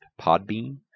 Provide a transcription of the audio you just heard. Podbean